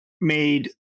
made